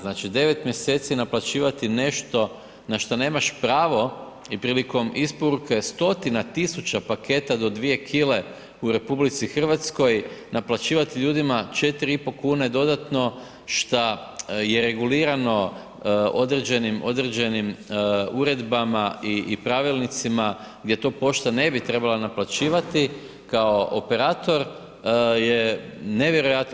Znači 9 mjeseci naplaćivati nešto na šta nemaš pravo i prilikom isporuke stotina tisuća paketa do 2 kg u RH naplaćivati ljudima 4,5 kune dodatno šta je regulirano određenim uredbama i pravilnicima gdje to pošta ne bi trebala naplaćivati kao operator je nevjerojatno.